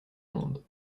monde